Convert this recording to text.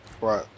Right